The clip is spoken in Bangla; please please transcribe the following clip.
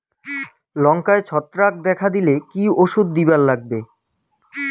লঙ্কায় ছত্রাক দেখা দিলে কি ওষুধ দিবার লাগবে?